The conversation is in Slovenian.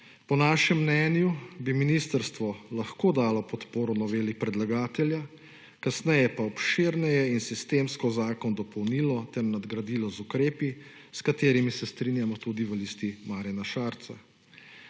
Po našem mnenju bi ministrstvo lahko dalo podporo noveli predlagatelja, kasneje pa obširneje in sistemsko zakon dopolnilo ter nadgradilo z ukrepi s katerimi se strinjamo tudi v LMŠ.